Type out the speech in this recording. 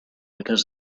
because